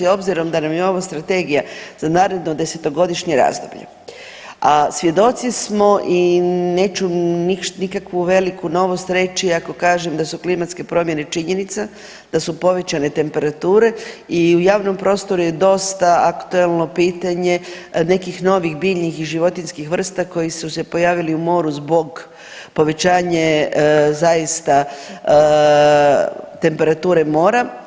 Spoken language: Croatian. Obzirom da nam je ova Strategija za naredno desetogodišnje razdoblje, a svjedoci smo i neću nikakvu veliku novost reći ako kažem da su klimatske promjene činjenica, da su povećane temperature i u javnom prostoru je dosta aktuelno pitanje nekih novih biljnih i životinjskih vrsta koje su se pojavili u moru zbog povećanje zaista temperature mora.